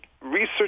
research